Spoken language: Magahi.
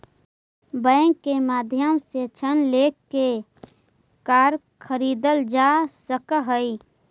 बैंक के माध्यम से ऋण लेके कार खरीदल जा सकऽ हइ